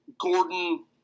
Gordon